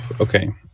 Okay